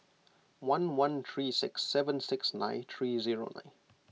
one one three six seven six nine three zero nine